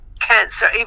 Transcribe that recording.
cancer